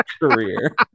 career